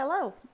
Hello